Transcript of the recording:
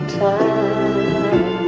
time